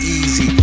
easy